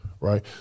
Right